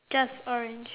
just orange